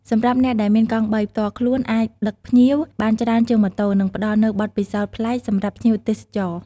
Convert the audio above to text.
សម្រាប់អ្នកដែលមានកង់បី ផ្ទាល់ខ្លួន អាចដឹកភ្ញៀវបានច្រើនជាងម៉ូតូ និងផ្តល់នូវបទពិសោធន៍ប្លែកសម្រាប់ភ្ញៀវទេសចរ។។